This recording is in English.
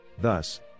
Thus